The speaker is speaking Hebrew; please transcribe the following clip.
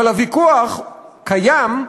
אבל הוויכוח קיים,